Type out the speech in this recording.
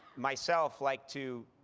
myself, like to